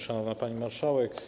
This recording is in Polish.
Szanowna Pani Marszałek!